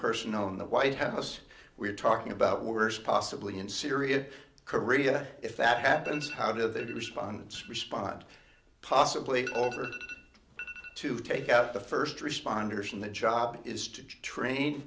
person on the white house we're talking about worse possibly in syria korea if that happens how do they do respond respond possibly over to take out the first responders on the job is to train